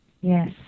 Yes